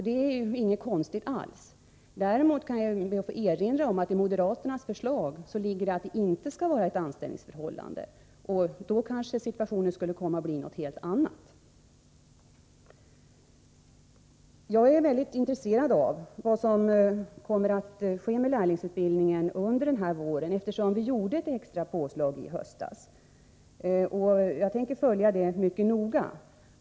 Det är alltså inte alls konstigt att ungdomarna får ett fast arbete. Däremot ber jag att få erinra om att moderaternas förslag inte innebär att det skall föreligga något fast anställningsförhållande. Då kanske situationen skulle komma att bli en helt annan. Jag är mycket intresserad av vad som kommer att ske med lärlingsutbildningen under den här våren, eftersom vi gjorde ett extra påslag i höstas. Jag tänker följa utvecklingen mycket noga.